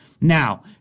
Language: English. Now